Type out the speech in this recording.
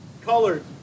colored